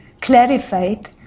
clarified